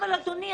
אבל אדוני,